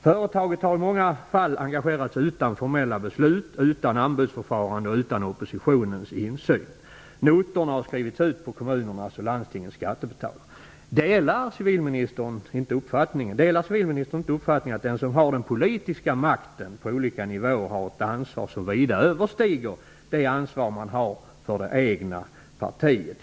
Företaget har i många fall engagerats utan formella beslut, utan anbudsförfarande och utan oppositionens insyn. Notorna har skrivits ut på kommunernas och landstingens skattebetalare. Delar civilministern inte uppfattningen att den som har den politiska makten på olika nivåer har ett ansvar som vida överstiger det ansvar man har för det egna partiet?